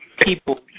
people